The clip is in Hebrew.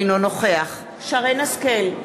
אינו נוכח שרן השכל,